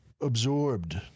absorbed